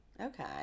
Okay